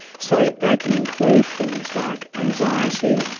so they can include things like anxiety,